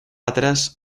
atrás